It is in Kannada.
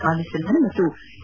ಕಾಲಿಸೆಲ್ವನ್ ಮತ್ತು ಇ